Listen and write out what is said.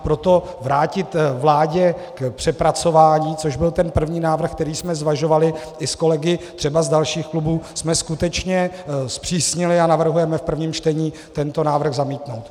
Proto vrátit vládě k přepracování, což byl ten první návrh, který jsme zvažovali i s kolegy třeba z dalších klubů, jsme skutečně zpřísnili a navrhujeme v prvním čtení tento návrh zamítnout.